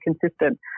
consistent